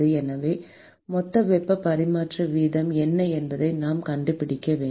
எனவே மொத்த வெப்ப பரிமாற்ற வீதம் என்ன என்பதை நாம் கண்டுபிடிக்க வேண்டும்